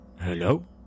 Hello